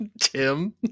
Tim